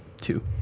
two